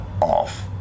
off